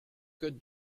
code